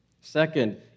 Second